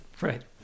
right